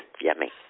Yummy